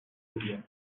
curia